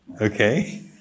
okay